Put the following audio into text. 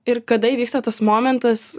ir kada įvyksta tas momentas